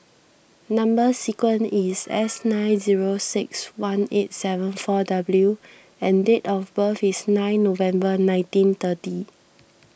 Number Sequence is S nine zero six one eight seven four W and date of birth is nine November nineteen thirty